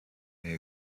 may